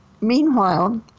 meanwhile